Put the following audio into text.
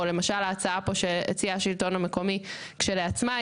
או למשל ההצעה פה שהציע השלטון המקומי כשלעצמה,